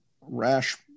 rash